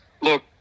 look